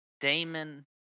damon